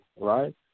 right